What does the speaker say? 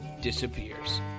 disappears